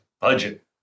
budget